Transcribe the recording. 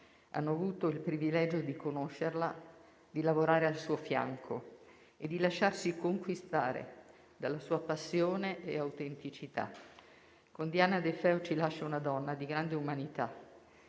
hanno avuto il privilegio di conoscerla, di lavorare al suo fianco e di lasciarsi conquistare dalla sua passione e autenticità. Con Diana De Feo ci lascia una donna di grande umanità,